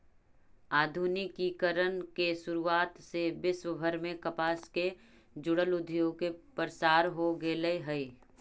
आधुनिकीकरण के शुरुआत से विश्वभर में कपास से जुड़ल उद्योग के प्रसार हो गेल हई